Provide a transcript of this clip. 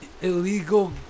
illegal